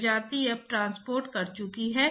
ध्यान दें कि यह स्थानीय हीट ट्रांसपोर्ट गुणांक है